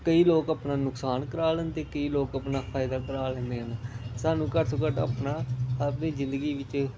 ਕਈ ਲੋਕ ਆਪਣਾ ਨੁਕਸਾਨ ਕਰਾ ਲੈਣ ਅਤੇ ਕਈ ਲੋਕ ਆਪਣਾ ਫਾਇਦਾ ਕਰਾ ਲੈਂਦੇ ਆ ਸਾਨੂੰ ਘੱਟੋ ਘੱਟ ਆਪਣਾ ਆਪਣੀ ਜ਼ਿੰਦਗੀ ਵਿੱਚ